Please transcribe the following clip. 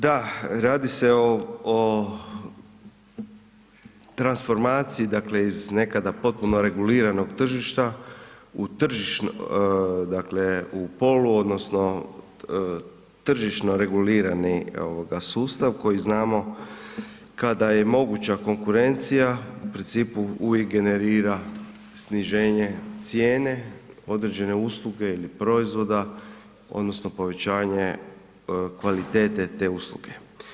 Da, radi se o transformaciji iz nekada potpuno reguliranog tržišta u polu odnosno tržišno regulirani sustav koji znamo kada je moguća konkurencija u principu uvijek generira sniženje cijene određene usluge ili proizvoda odnosno povećanje kvalitete te usluge.